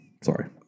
sorry